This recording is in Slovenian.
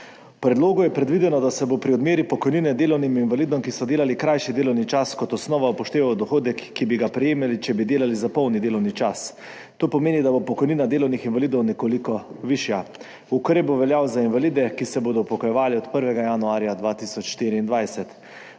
V predlogu je predvideno, da se bo pri odmeri pokojnine delovnim invalidom, ki so delali krajši delovni čas, kot osnova upošteval dohodek, ki bi ga prejemali, če bi delali za polni delovni čas. To pomeni, da bo pokojnina delovnih invalidov nekoliko višja. Ukrep bo veljal za invalide, ki se bodo upokojevali od 1. januarja 2024.